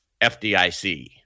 FDIC